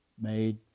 made